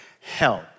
Help